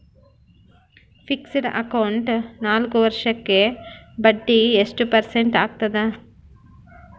Fixed account ನಾಲ್ಕು ವರ್ಷಕ್ಕ ಬಡ್ಡಿ ಎಷ್ಟು ಪರ್ಸೆಂಟ್ ಆಗ್ತದ?